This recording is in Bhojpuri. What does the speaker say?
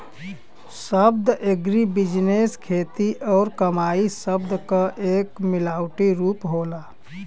शब्द एग्रीबिजनेस खेती और कमाई शब्द क एक मिलावटी रूप होला